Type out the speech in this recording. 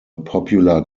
popular